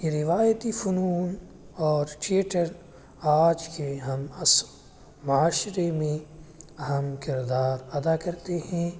یہ روایتی فنون اور تھیٹر آج کے ہمعصر معاشرے میں اہم کردار ادا کرتے ہیں